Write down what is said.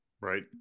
right